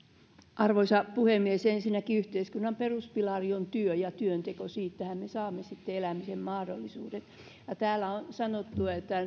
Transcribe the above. arvoisa puhemies ensinnäkin yhteiskunnan peruspilari on työ ja työnteko siitähän me saamme sitten elämisen mahdollisuudet täällä on sanottu että